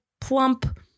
plump